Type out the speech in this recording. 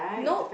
no